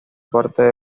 parte